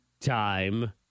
Time